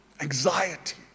anxiety